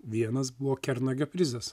vienas buvo kernagio prizas